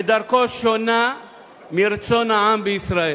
ודרכו שונה מרצון העם בישראל.